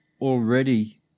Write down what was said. already